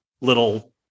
little